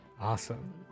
awesome